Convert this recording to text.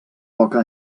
poca